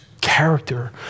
character